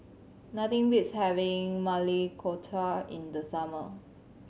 nothing beats having Maili Kofta in the summer